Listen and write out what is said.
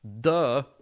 Duh